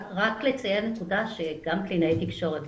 רק לציין נקודה שגם קלינאי תקשורת,